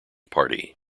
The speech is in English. party